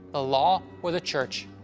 ah law, or the church.